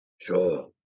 Sure